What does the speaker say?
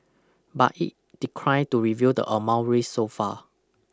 but it declined to reveal the amount raised so far